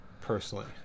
personally